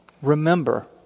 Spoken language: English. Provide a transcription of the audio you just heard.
Remember